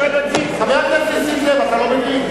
כתוב: מי הוא זה ואיזה הוא,